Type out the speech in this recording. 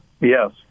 Yes